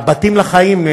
הבתים לחיים,